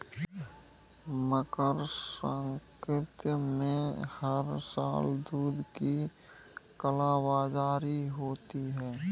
मकर संक्रांति में हर साल दूध की कालाबाजारी होती है